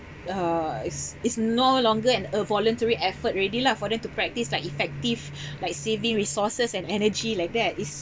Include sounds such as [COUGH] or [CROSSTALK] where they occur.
uh it's it's no longer an a voluntary effort already lah for them to practice like effective [BREATH] like saving resources and energy like that it's